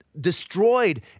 destroyed